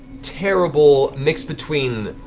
terrible mix between